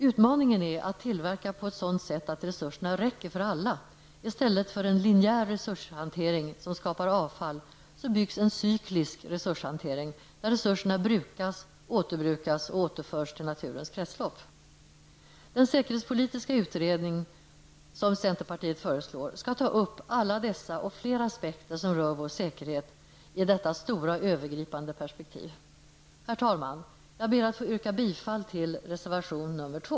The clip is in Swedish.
Utmaningen är att tillverka på ett sådant sätt att resurserna räcker för alla. I stället för en linejär resurshantering som skapar avfall byggs en cyklisk resurshantering, där resurserna brukas, återbrukas och återförs till naturens kretslopp. Den säkerhetspolitiska utredningen som centerpartiet föreslår skall ta upp alla dessa och fler aspekter som rör vår säkerhet i ett stort övergripande perspektiv. Herr talman! Jag ber att få yrka bifall till reservation nr 2.